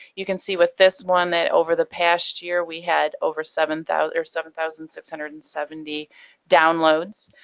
you can see with this one that over the past year we had over seven thousand or seven thousand six hundred and seventy downloads.